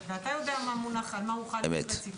ואתה יודע על מה הוחל דין רציפות.